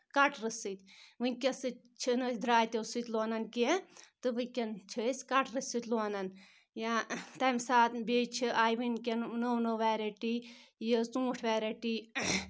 کٹرٕ سۭتۍ وٕنکؠس چھِنہٕ أسۍ درٛاتٮ۪و سۭتۍ لونان کینٛہہ تہٕ وٕنکؠن چھِ أسۍ کَٹرٕ سۭتۍ لونان یا تَمہِ ساتہٕ بیٚیہِ چھِ آیہِ وٕنکؠن نٔو نٔو ویرایٹی یہِ ژوٗنٛٹھۍ ویرایٹی